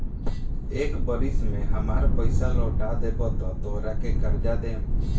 एक बरिस में हामार पइसा लौटा देबऽ त तोहरा के कर्जा दे देम